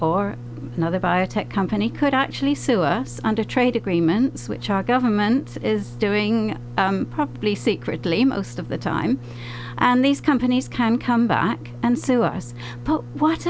or another biotech company could actually sue us under trade agreements which our government is doing probably secretly most of the time and these companies can come back and sue us what